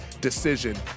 decision